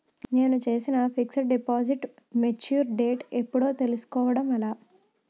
నేను చేసిన fixed deposit mature date ఎప్పుడో తెల్సుకోవడం ఎలా?